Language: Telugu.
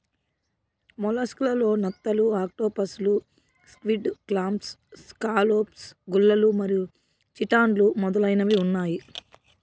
మొలస్క్ లలో నత్తలు, ఆక్టోపస్లు, స్క్విడ్, క్లామ్స్, స్కాలోప్స్, గుల్లలు మరియు చిటాన్లు మొదలైనవి ఉన్నాయి